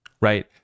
right